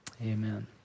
Amen